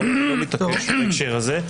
אתה לא מתעקש בהקשר הזה,